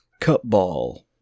Cutball